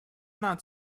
not